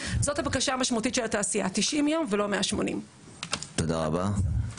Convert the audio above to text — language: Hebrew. זאת הבקשה המשמעותית של התעשייה 90 יום ולא 180. תודה רבה.